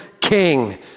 king